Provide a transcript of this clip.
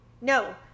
No